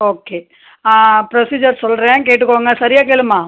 okay procedure சொல்கிறேன் கேட்டுக்கோங்க சரியா கேளும்மா